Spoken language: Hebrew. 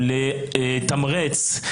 לתמרץ,